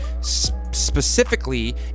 specifically